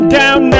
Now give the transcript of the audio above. down